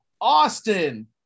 Austin